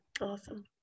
awesome